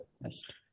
best